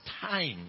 time